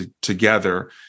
together